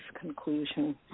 conclusion